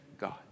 God